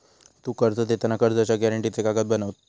तु कर्ज देताना कर्जाच्या गॅरेंटीचे कागद बनवत?